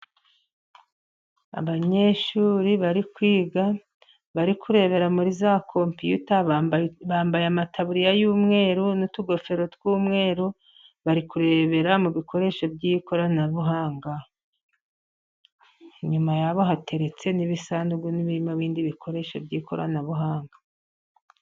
Abanyeshuri bari kwiga bari kurebera muri za kompiyuta. Bambaye amataburiya y'umweru n'utugofero tw'umweru. Bari kurebera mu bikoresho by'ikoranabuhanga, inyuma yabo hateretse n'ibisanduku birimo ibindi bikoresho by'ikoranabuhanga.